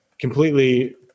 completely